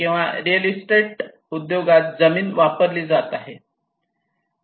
किंवा real estate उद्योगात जमीन वापरली जात आहेत